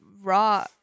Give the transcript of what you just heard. Raw